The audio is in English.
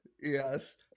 Yes